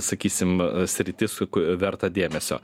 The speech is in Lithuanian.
sakysim sritis verta dėmesio